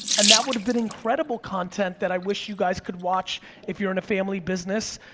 and that would have been incredible content that i wish you guys could watch if you're in a family business,